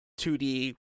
2D